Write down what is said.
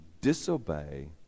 disobey